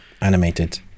animated